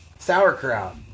Sauerkraut